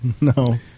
no